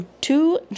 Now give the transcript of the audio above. two